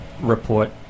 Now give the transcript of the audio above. report